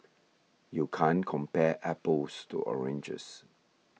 you can't compare apples to oranges